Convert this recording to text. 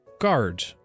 guard